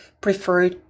prefer